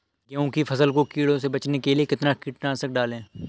गेहूँ की फसल को कीड़ों से बचाने के लिए कितना कीटनाशक डालें?